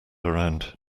around